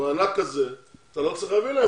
המענק הזה, אתה לא צריך להביא אותו.